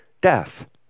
death